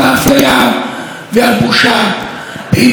עדיין לא מאוחר, אפשר לתמוך.